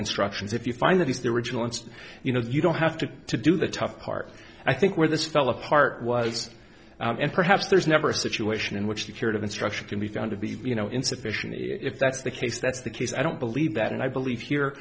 instructions if you find that is the original and you know you don't have to to do the tough part i think where this fell apart was and perhaps there's never a situation in which the curative instruction can be found to be you know insufficient if that's the case that's the case i don't believe that and i believe here